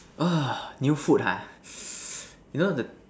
new food ah you know the